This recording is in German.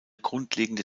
grundlegende